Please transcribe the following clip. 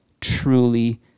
truly